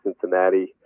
Cincinnati